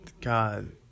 God